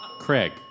Craig